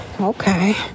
okay